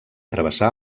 travessar